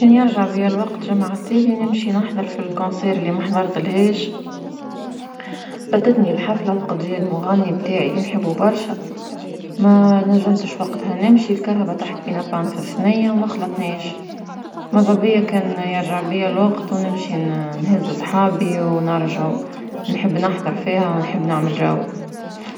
كان يرجع بيا الوقت جمعة تالي نمشي نحضر في الحفلة اللي ما حضرتلهاش، فاتتني الحفلة وقت جاء المغني متاعي اللي نحبو برشا، ما نجمتش وقتها نمشي الكرهبة طاحت بينا معطلة في ثنية وما خلتناش، مذا بيا كان يرجع بيا الوقت ونمشي نهز صحابي ونرجعو، نحب نحضر فيها ونحب نعمل جو.